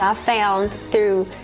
i found, through